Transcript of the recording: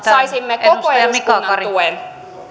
saisimme koko eduskunnan tuen